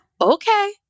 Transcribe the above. okay